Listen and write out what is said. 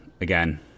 again